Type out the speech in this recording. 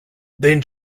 then